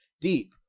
Deep